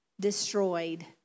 destroyed